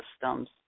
systems